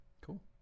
Cool